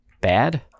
bad